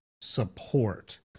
support